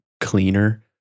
cleaner